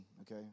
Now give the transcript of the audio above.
okay